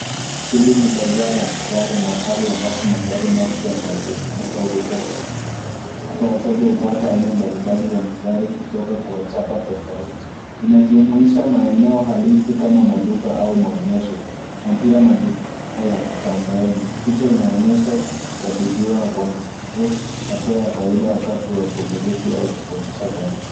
Hili ni bazaar la magari mahali ambapo magari mapya yaliyotumika huuzwa na kununuliwa. Hapa wateja hupata aina mbalimbali za magari kutoka kwa chapa tofauti. Inajumuisha maeneo halisi kama maduka au maonyesho na pia majukumu ya mtandaoni. Picha inaonyesha kukabidhiwa kwa ufunguo, hatua ya kawaida wakati wa kumiliki au kukodesha gari jipya.